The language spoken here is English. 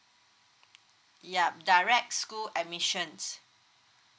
yup direct school admissions